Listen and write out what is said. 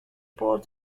port